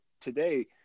today